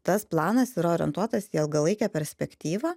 tas planas yra orientuotas į ilgalaikę perspektyvą